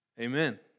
Amen